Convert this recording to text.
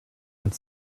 had